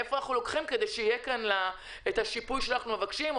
מאיפה אנחנו לוקחים כדי שיהיה כאן את השיפוי שאנחנו מבקשים,